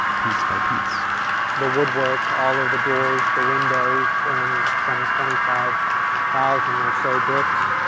piece by piece the woodwork, all of the doors, the windows and some twenty five thousand or so bricks.